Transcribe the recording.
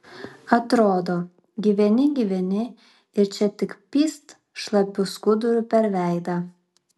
atrodo gyveni gyveni ir čia tik pyst šlapiu skuduru per veidą